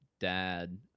dad